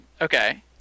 Okay